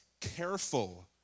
careful